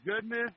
goodness